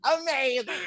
amazing